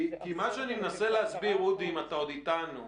כי מה שאני מנסה להסביר, אודי אם אתה עוד אתנו,